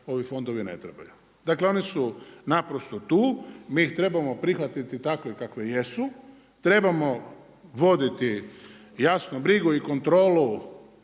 ovi fondovi ne trebaju. Dakle, oni su naprosto tu, mi ih trebamo prihvatiti takve kakve jesu, trebamo voditi jasno, brigu i kontrolu